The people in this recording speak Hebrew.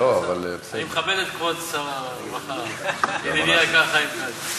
אבל אני מכבד את כבוד שר הרווחה ידידי היקר חיים כץ.